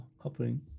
coupling